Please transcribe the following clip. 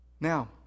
Now